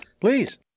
please